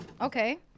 Okay